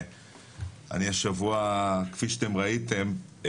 אני השבוע כפי שאתם ראיתם,